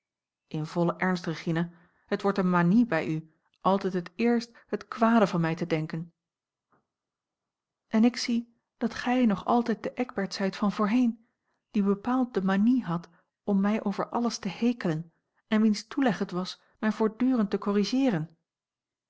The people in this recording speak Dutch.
in vollen ernst regina het wordt eene manie bij u altijd het eerst het kwade van mij te denken en ik zie dat gij nog altijd de eckbert zijt van voorheen die bepaald de manie had om mij over alles te hekelen en wiens toeleg het was mij voortdurend te corrigeeren